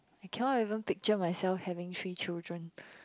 I cannot even picture myself having three children